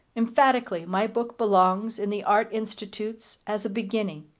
emphatically, my book belongs in the art institutes as a beginning,